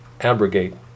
abrogate